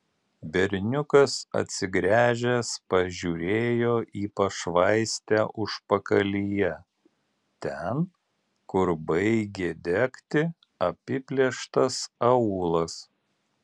berniukas atsigręžęs pažiūrėjo į pašvaistę užpakalyje ten kur baigė degti apiplėštas aūlas